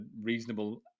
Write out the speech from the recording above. reasonable